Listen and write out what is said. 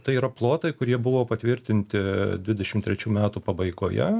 tai yra plotai kurie buvo patvirtinti dvidešim trečių metų pabaigoje